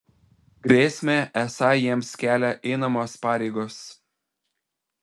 grėsmę esą jiems kelia einamos pareigos